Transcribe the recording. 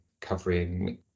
covering